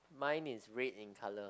mine is red in color